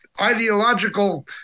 ideological